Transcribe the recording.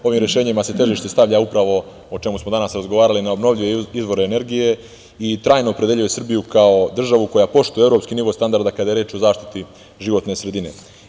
Ovim rešenjima se težište stavlja upravo, o čemu smo danas razgovarali, na obnovljive izvore energije i trajno opredeljuje Srbiju kao državu koja poštuje evropski nivo standarda kada je reč o zaštiti životne sredine.